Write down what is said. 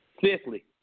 Fifthly